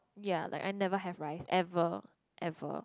ya like I never have rice ever ever